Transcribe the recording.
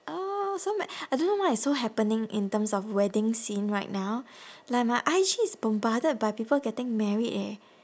oh so ma~ I don't know why it's so happening in terms of wedding scene right now like my I_G is bombarded by people getting married eh